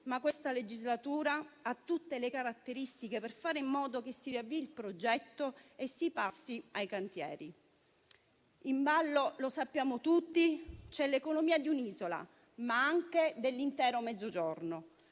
ma questa legislatura ha tutte le caratteristiche per fare in modo che si riavvii il progetto e si passi ai cantieri. In ballo - lo sappiamo tutti - c'è l'economia di un'isola, ma anche dell'intero Mezzogiorno.